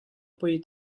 poi